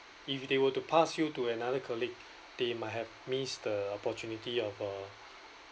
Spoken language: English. if they were to pass you to another colleague they might have missed the opportunity of uh